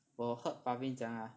我 heard Pravin 讲 lah